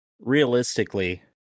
Realistically